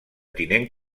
tinent